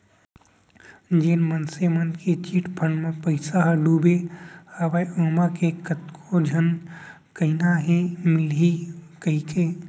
जेन मनसे मन के चिटफंड म पइसा ह डुबे हवय ओमा के कतको झन कहिना हे मिलही कहिके